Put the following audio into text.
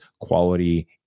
quality